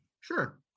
Sure